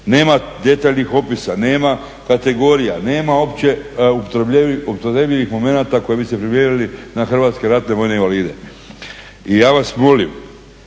nema detaljnih opisa, nema kategorija, nema opće upotrebljivih momenata koji bi se primijenili na Hrvatske ratne vojne invalide. I ja vas molim